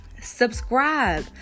Subscribe